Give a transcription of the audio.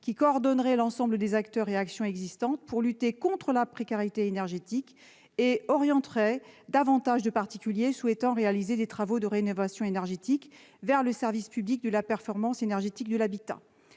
qui coordonneraient l'ensemble des acteurs et des actions existantes, et orienteraient davantage de particuliers souhaitant réaliser des travaux de rénovation énergétique vers le service public de la performance énergétique de l'habitat.